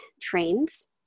trains